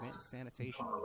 Sanitation